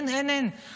אין, אין, אין.